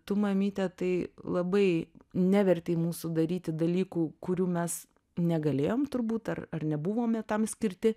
tu mamyte tai labai nevertei mūsų daryti dalykų kurių mes negalėjom turbūt ar ar nebuvome tam skirti